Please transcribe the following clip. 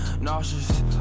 nauseous